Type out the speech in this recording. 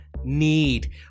need